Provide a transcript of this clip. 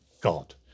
god